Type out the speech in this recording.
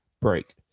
break